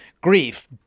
grief